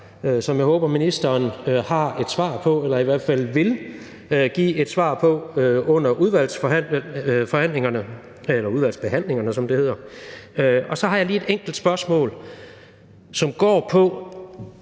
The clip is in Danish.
som jeg håber ministeren har et svar på eller i hvert fald vil give et svar på under udvalgsbehandlingerne. Så har jeg lige et enkelt spørgsmål, som går på,